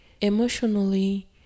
emotionally